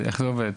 איך זה עובד?